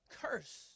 curse